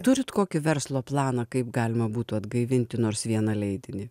turit kokį verslo planą kaip galima būtų atgaivinti nors vieną leidinį